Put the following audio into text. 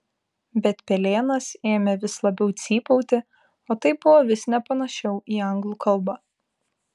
bet pelėnas ėmė vis labiau cypauti o tai buvo vis nepanašiau į anglų kalbą